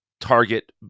target